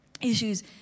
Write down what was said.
issues